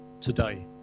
today